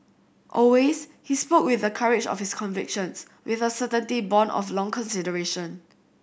always he spoke with the courage of his convictions with a certainty born of long consideration